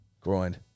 groin